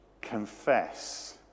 confess